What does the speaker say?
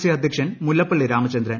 C അധ്യക്ഷൻ മുല്ലപ്പള്ളി രൂമച്ചന്ദ്രൻ